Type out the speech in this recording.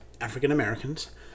African-Americans